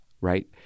right